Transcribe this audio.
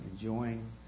enjoying